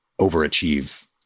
overachieve